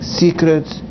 secrets